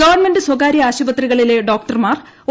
government സ്വകാര്യ ആശുപത്രികളിലെ ഡോക്ടർമാർ ഒ